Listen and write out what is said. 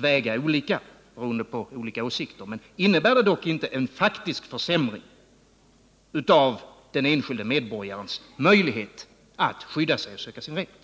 väga olika, beroende på olika åsikter — av den enskilde medborgarens möjlighet att skydda sig och söka sin rätt?